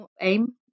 aim